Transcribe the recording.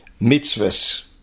mitzvahs